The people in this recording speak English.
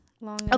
Long